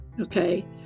okay